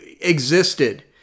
existed